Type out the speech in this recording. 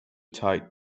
tight